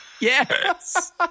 Yes